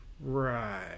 Right